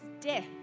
death